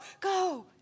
go